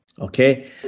Okay